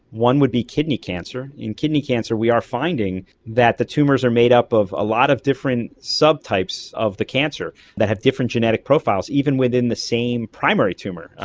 one would be kidney cancer. in kidney cancer we are finding that the tumours are made up of a lot of different subtypes of the cancer that have different genetic profiles, even within the same primary tumour.